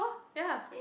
ya